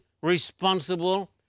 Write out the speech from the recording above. responsible